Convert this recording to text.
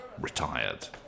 retired